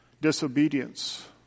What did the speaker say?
disobedience